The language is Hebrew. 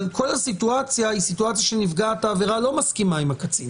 אבל כל הסיטואציה היא סיטואציה שנפגעת העבירה לא מסכימה עם הקצין